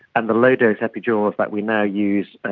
and the low dose epidurals that we now use, and